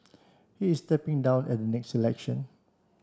he is stepping down at the next election